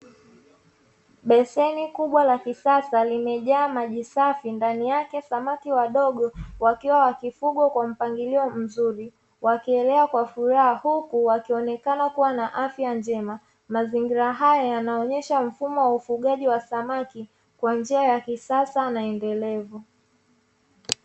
Beseni kubwa la kisasa limejaa maji safi, ndani yake samaki wadogo wakiwa wakifugwa kwa mpangilio mzuri, wakielea kwa furaha, huku wakionekana kuwa na afya njema. Mazingira haya yanaonyesha mfumo wa ufugaji wa samaki kwa njia ya kisasa na endelevu.